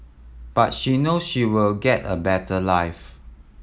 but she knows she will get a better life